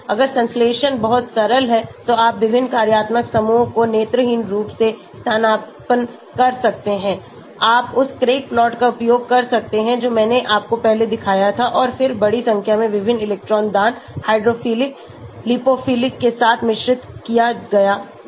अगर संश्लेषण बहुत सरल है तो आप विभिन्न कार्यात्मक समूहों को नेत्रहीन रूप से स्थानापन्न कर सकते हैं आप उस क्रेग प्लॉट का उपयोग कर सकते हैं जो मैंने आपको पहले दिखाया था और फिर बड़ी संख्या में विभिन्न इलेक्ट्रॉन दान हाइड्रोफिलिक लिपोफिलिक के साथ मिश्रित किया गया था